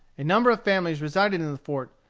a number of families resided in the fort,